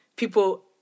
people